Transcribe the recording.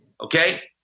Okay